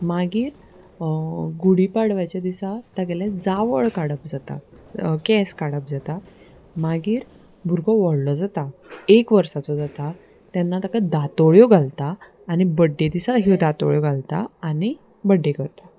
मागीर गुडी पाडव्याच्या दिसा तागेले जावळ काडप जाता केंस काडप जाता मागीर भुरगो व्हडलो जाता एक वर्साचो जाता तेन्ना ताका दांतोळ्यो घालता आनी बड्डे दिसा ह्यो दांतोळ्यो घालता आनी बड्डे करता